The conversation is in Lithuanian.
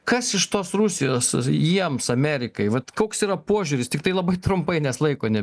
kas iš tos rusijos jiems amerikai vat koks yra požiūris tiktai labai trumpai nes laiko ne